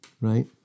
right